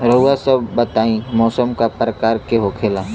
रउआ सभ बताई मौसम क प्रकार के होखेला?